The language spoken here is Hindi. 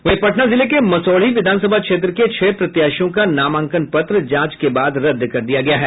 वहीं पटना जिले के मसौढ़ी विधानसभा क्षेत्र के छह प्रत्याशियों का नामांकन पत्र जांच के बाद रद्द कर दिया गया है